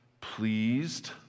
pleased